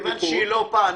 מכיוון שהיא לא פה,